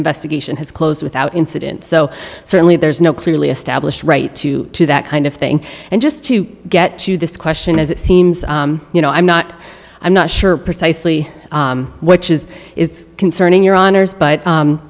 investigation has closed without incident so certainly there's no clearly established right to that kind of thing and just to get to this question as it seems you know i'm not i'm not sure precisely which is is concerning your honour's but